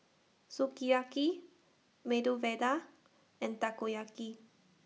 Sukiyaki Medu Vada and Takoyaki